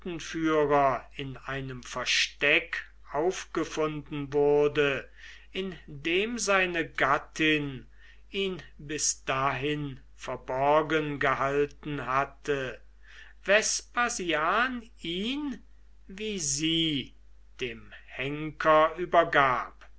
in einem versteck aufgefunden wurde in dem seine gattin ihn bis dahin verborgen gehalten hatte vespasian ihn wie sie dem henker übergab